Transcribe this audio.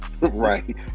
Right